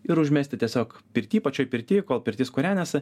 ir užmesti tiesiog pirty pačioj pirty kol pirtis kūrenasi